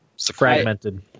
fragmented